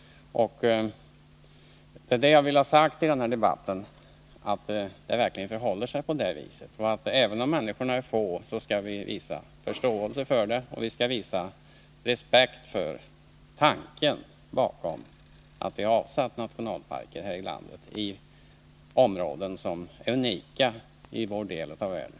Det jag i denna debatt ville få sagt var att det verkligen förhåller sig på detta vis. Även om människorna är få, skall vi visa förståelse för dem och respekt för tanken bakom det förhållandet att det avsätts nationalparker här i landet i områden som är unika i vår del av världen.